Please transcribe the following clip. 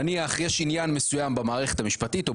נניח יש עניין מסוים במערכת המשפטית או